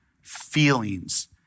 feelings